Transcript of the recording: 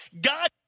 God